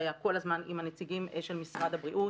שהיה כל הזמן עם הציגים של משרד הבריאות.